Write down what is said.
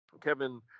Kevin